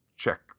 check